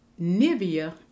Nivea